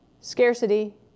scarcity